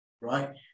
right